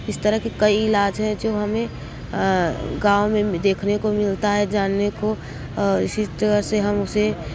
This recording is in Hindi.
इस तरह के कई इलाज हैं जो हमें गाँव में देखने को मिलता है जानने को और इसी तरह से हम उसे